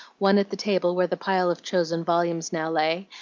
one at the table where the pile of chosen volumes now lay,